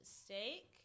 steak